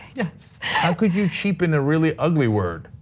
yes. how could you cheapen a really ugly word?